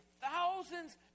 thousands